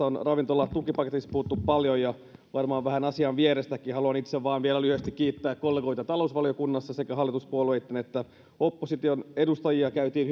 on ravintolatukipaketista puhuttu paljon ja varmaan vähän asian vierestäkin haluan itse vain vielä lyhyesti kiittää kollegoita talousvaliokunnassa sekä hallituspuolueitten että opposition edustajia käytiin